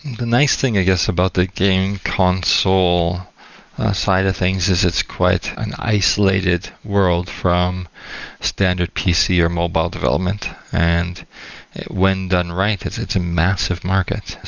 the nice thing i guess about the game console side of things is it's quite an isolated world from standard pc, or mobile development. and when done right, it's it's a massive market.